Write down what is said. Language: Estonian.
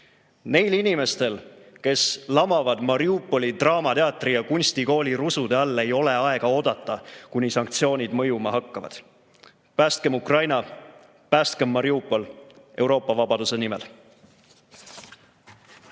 Neil inimestel, kes lamavad Mariupoli draamateatri ja kunstikooli rusude all, ei ole aega oodata, kuni sanktsioonid mõjuma hakkavad. Päästkem Ukraina, päästkem Mariupol Euroopa vabaduse nimel!